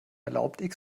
erlaubt